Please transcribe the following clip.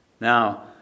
Now